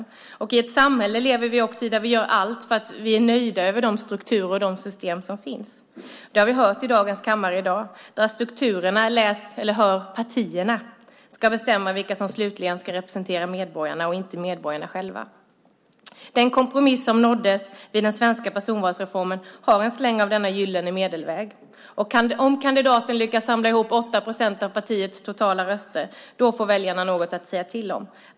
Vi lever också i ett samhälle där vi gör allt för att vi är nöjda med de strukturer och de system som finns. Det har vi hört i kammaren i dag. Strukturerna - läs eller hör: partierna - ska bestämma vilka som slutligen ska representera medborgarna, inte medborgarna själva. Den kompromiss som nåddes vid den svenska personvalsreformen har en släng av denna gyllene medelväg. Om kandidaten lyckas samla ihop 8 procent av partiets totala röster får väljarna något att säga till om.